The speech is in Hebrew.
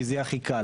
כי זה יהיה הכי קל.